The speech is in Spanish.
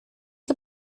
que